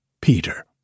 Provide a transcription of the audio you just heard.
Peter